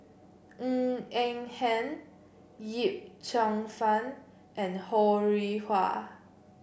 Ng Eng Hen Yip Cheong Fun and Ho Rih Hwa